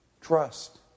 Trust